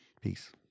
Peace